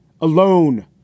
alone